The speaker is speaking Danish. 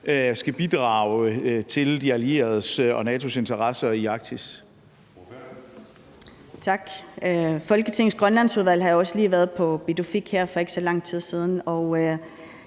skal bidrage til de allieredes og NATO's interesser i Arktis.